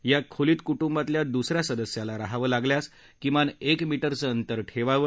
या खोलीत कुटुंबातल्या दूसऱ्या सदस्याला राहावं लागल्यास किमान एक मिटरचं अंतर ठेवावं